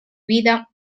vida